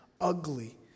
ugly